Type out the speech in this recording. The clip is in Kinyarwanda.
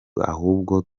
ahubwo